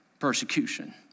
persecution